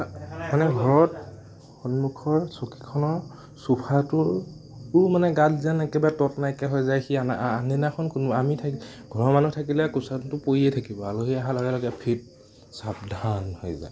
মানে ঘৰত সন্মুখৰ চকীখনৰ ছোফাটোৰ ও গাত যেন একেবাৰে তত নাইকীয়া হৈ যায় সি আনদিনাখন কোনোবা আমি থাকিলে ঘৰৰ মানুহ থাকিলে কোশ্বনটো পৰিয়ে থাকিব আলহী অহাৰ লগে লগে ফিট ছাবধান হৈ যায়